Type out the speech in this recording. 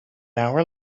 hour